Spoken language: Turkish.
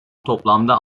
toplamda